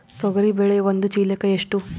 ತೊಗರಿ ಬೇಳೆ ಒಂದು ಚೀಲಕ ಎಷ್ಟು?